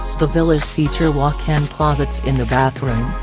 the villas feature walk-in um closets in the bathroom.